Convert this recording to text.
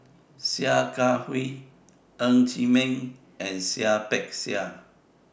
Sia Kah Hui Ng Chee Meng and Seah Peck Seah